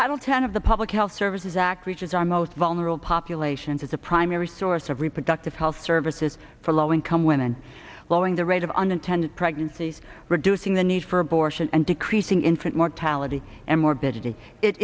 title ten of the public health services act which is our most vulnerable populations as a primary source of reproductive health services for low income women lowering the rate of unintended pregnancies reducing the need for abortion and decreasing infant mortality and mor